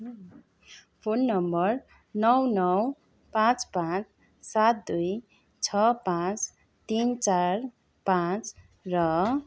phone number नौ नौ पाँच पाँच सात दुई छ पाँच तिन चार पाँच र